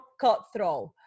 cutthroat